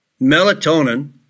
melatonin